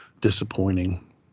disappointing